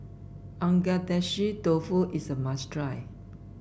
Agedashi Dofu is a must try